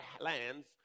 lands